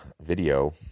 video